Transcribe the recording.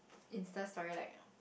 Insta-Story like you know